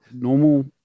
normal –